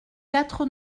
quatre